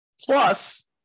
Plus